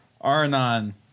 Arnon